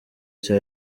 cya